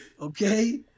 Okay